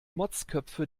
motzköpfe